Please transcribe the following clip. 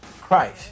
Christ